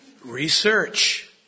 Research